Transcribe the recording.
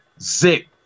zip